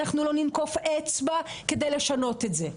אנחנו לא ננקוף אצבע כדי לשנות את זה.